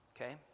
okay